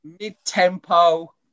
mid-tempo